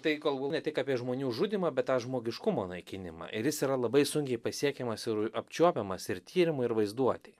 tai kalbu ne tik apie žmonių žudymą bet tą žmogiškumo naikinimą ir jis yra labai sunkiai pasiekiamas ir apčiuopiamas ir tyrimui ir vaizduotei